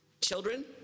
Children